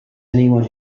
anyone